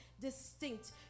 distinct